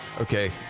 Okay